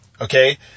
Okay